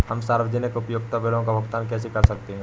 हम सार्वजनिक उपयोगिता बिलों का भुगतान कैसे कर सकते हैं?